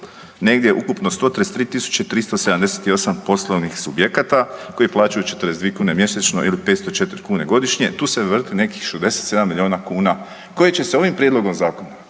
negdje ukupno 133 378 poslovnih subjekata koji plaćaju 42 kune mjesečno ili 504 kune godišnje. Tu se vrsti nekih 67 milijuna kuna koje će se ovim prijedlogom zakona